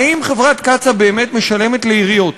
האם חברת קצא"א באמת משלמת לעיריות?